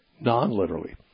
non-literally